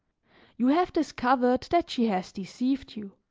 you have discovered that she has deceived you